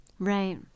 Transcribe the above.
Right